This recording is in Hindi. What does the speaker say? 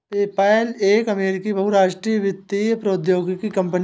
पेपैल एक अमेरिकी बहुराष्ट्रीय वित्तीय प्रौद्योगिकी कंपनी है